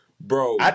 Bro